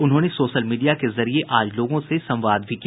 उन्होंने social media के जरिये आज लोगों से संवाद भी किया